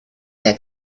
der